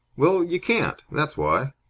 well, you can't. that's why.